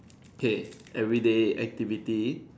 okay everyday activity